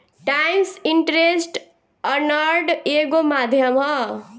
times interest earned एगो माध्यम ह